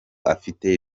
afite